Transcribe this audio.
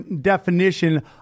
definition